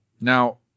Now